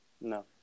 No